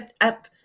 up